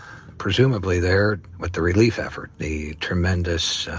presumably there with the relief effort the tremendous,